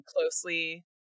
closely